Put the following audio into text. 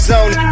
Zone